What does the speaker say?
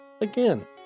Again